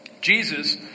Jesus